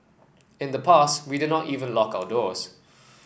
in the past we did not even lock our doors